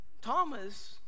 Thomas